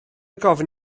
gofyn